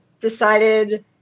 decided